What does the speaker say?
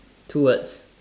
two words